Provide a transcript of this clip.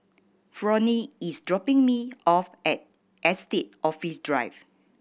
Fronie is dropping me off at Estate Office Drive